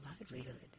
livelihood